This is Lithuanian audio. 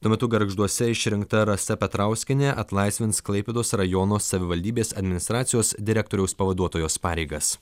tuo metu gargžduose išrinkta rasa petrauskienė atlaisvins klaipėdos rajono savivaldybės administracijos direktoriaus pavaduotojos pareigas